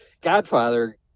Godfather